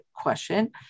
question